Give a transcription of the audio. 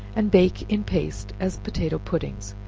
and bake in paste as potato puddings.